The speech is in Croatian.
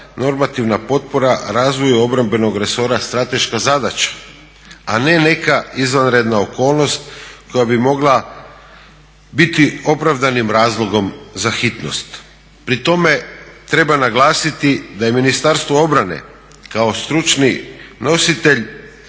normativna potpora razvoju obrambenog resora strateška zadaća a ne neka izvanredna okolnost koja bi mogla biti opravdanim razlogom za hitnost. Pri tome treba naglasiti da je Ministarstvo obrane kao stručni nositelj